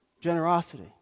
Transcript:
Generosity